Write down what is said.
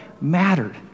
mattered